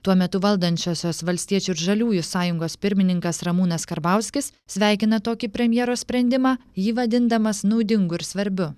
tuo metu valdančiosios valstiečių ir žaliųjų sąjungos pirmininkas ramūnas karbauskis sveikina tokį premjero sprendimą jį vadindamas naudingu ir svarbiu